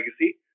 legacy